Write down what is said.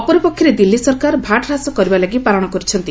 ଅପରପକ୍ଷରେ ଦିଲ୍ଲୀ ସରକାର ଭାଟ ହ୍ରାସ କରିବା ଲାଗି ବାରଣ କରିଛନ୍ତି